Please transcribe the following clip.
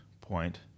point